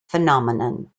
phenomenon